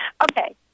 Okay